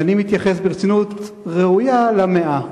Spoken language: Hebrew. ואני מתייחס ברצינות ראויה למאה.